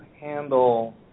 handle